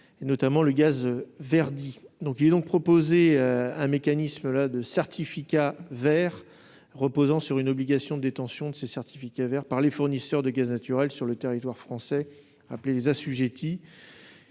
notamment le gaz verdi. Il est donc proposé un mécanisme de certificats verts, ou CV, reposant sur une obligation de détention de ces certificats par les fournisseurs de gaz naturel sur le territoire français, qui se les procureraient